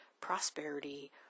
prosperity